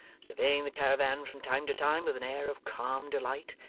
surveying the caravan from time to time with an air of calm delight,